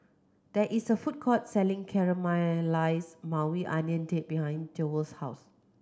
there is a food court selling Caramelized Maui Onion Dip behind Jewell's house